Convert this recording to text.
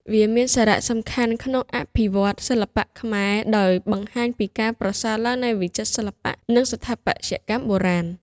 វាមានសារសំខាន់ក្នុងអភិវឌ្ឍន៍សិល្បៈខ្មែរ ដោយបង្ហាញពីការប្រសើរឡើងនៃវិចិត្រសិល្បៈ និងស្ថាបត្យកម្មបុរាណ។